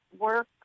work